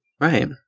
Right